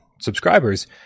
subscribers